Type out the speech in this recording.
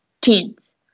teens